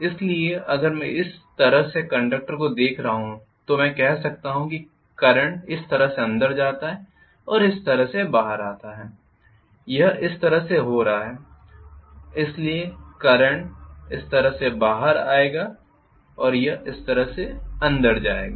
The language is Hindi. इसलिए अगर मैं इस तरह से कंडक्टर को देख रहा हूं तो मैं कह सकता हूं कि करंट इस तरह से अंदर जाता है और इस तरह से बाहर आता है यह इस तरह से हो रहा है इसलिए करंट इस तरह से बाहर आएगा और यह इस तरह से अंदर जाएगा